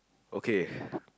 okay